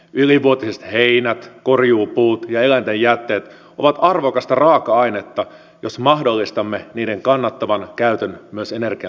ylivuotiset heinät korjuupuut ja eläinten jätteet ovat arvokasta raaka ainetta jos mahdollistamme niiden kannattavan käytön myös energiantuotannossa